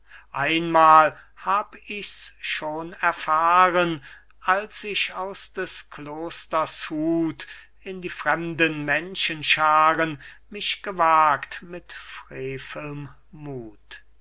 grauend hab ich's schon erfahren als ich aus des klosters hut in die fremden menschenschaaren mich gewagt mit frevelm muth